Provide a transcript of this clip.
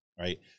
Right